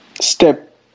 Step